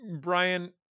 Brian